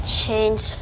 change